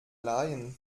laien